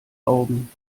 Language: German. augen